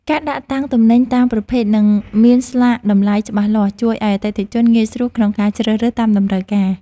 ការដាក់តាំងទំនិញតាមប្រភេទ និងមានស្លាកតម្លៃច្បាស់លាស់ជួយឱ្យអតិថិជនងាយស្រួលក្នុងការជ្រើសរើសតាមតម្រូវការ។